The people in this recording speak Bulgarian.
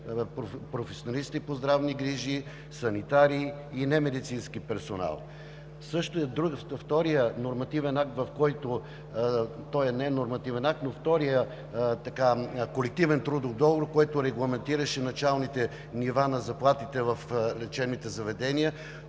професионалисти по здравни грижи, санитари и немедицински персонал. Вторият нормативен акт, той не е нормативен акт, но вторият – Колективният трудов договор, който регламентираше началните нива на заплатите в лечебните заведения,